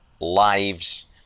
lives